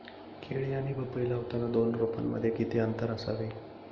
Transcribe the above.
केळी किंवा पपई लावताना दोन रोपांमध्ये किती अंतर असावे?